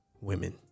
women